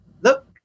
look